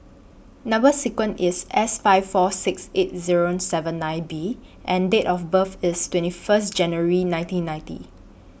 Number sequence IS S five four six eight Zero seven nine B and Date of birth IS twenty First January nineteen ninety